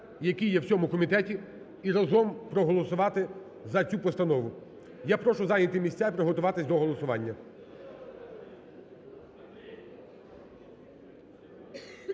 які є в цьому комітеті і разом проголосувати за цю постанову. Я прошу зайняти місця і приготуватись до голосування.